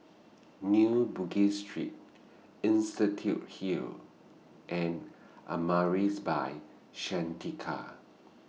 New Bugis Street Institute Hill and Amaris By Santika